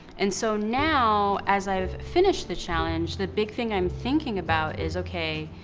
and so now as i've finished the challenge, the big thing i'm thinking about is, okay,